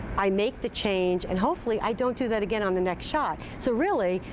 i make the change. and hopefully i don't do that again on the next shot. so, really,